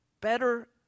better